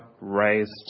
raised